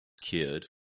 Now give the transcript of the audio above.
cured